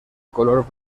color